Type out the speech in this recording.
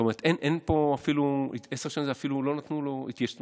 זאת אומרת, עשר שנים, אפילו לא נתנו לו התיישנות.